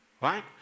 right